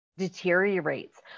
Deteriorates